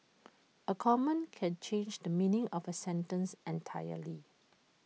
A comma can change the meaning of A sentence entirely